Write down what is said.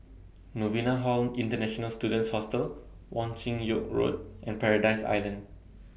Novena Hall International Students Hostel Wong Chin Yoke Road and Paradise Island